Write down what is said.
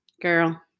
girl